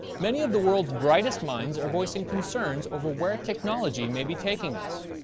many of the worlds' brightest minds are voicing concerns over where technology may be taking us.